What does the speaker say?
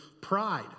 pride